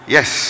Yes